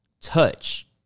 touch